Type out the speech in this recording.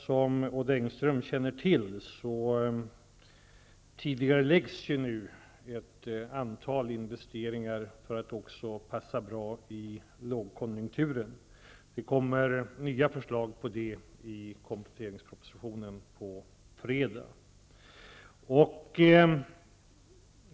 Som Odd Engström känner till tidigareläggs nu ett antal investeringar för att underlätta i lågkonjunkturen. Det kommer nya sådana förslag i kompletteringspropositionen på fredag.